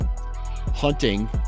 hunting